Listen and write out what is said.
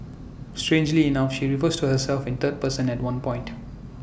strangely enough she refers to herself in third person at one point